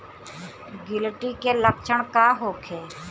गिलटी के लक्षण का होखे?